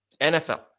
NFL